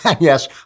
yes